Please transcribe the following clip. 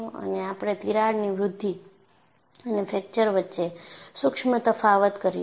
અને આપણે તિરાડની વૃદ્ધિ અને ફ્રેકચર વચ્ચે સૂક્ષ્મ તફાવત કરીશું